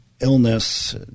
illness